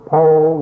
Paul